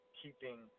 keeping